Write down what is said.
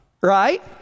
right